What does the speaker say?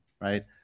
right